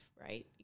right